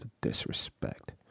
Disrespect